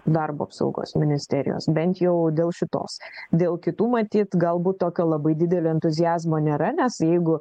darbo apsaugos ministerijos bent jau dėl šitos dėl kitų matyt galbūt tokio labai didelio entuziazmo nėra nes jeigu